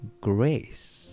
grace